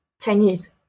Chinese